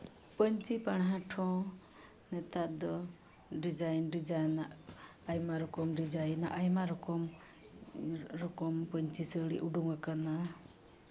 ᱯᱟᱹᱧᱪᱤ ᱯᱟᱲᱦᱟᱴ ᱦᱚᱸ ᱱᱮᱛᱟᱨ ᱫᱚ ᱰᱤᱡᱟᱭᱤᱱ ᱰᱤᱡᱟᱭᱤᱱ ᱟᱜ ᱟᱭᱢᱟ ᱨᱚᱠᱚᱢ ᱰᱤᱡᱟᱭᱤᱱ ᱟᱜ ᱟᱭᱢᱟ ᱨᱚᱠᱚᱢ ᱨᱚᱠᱚᱢ ᱯᱟᱹᱧᱪᱤ ᱥᱟᱹᱲᱤ ᱩᱰᱩᱠ ᱟᱠᱟᱱᱟ